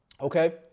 okay